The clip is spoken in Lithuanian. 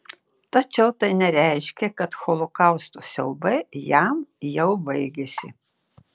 tačiau tai nereiškė kad holokausto siaubai jam jau baigėsi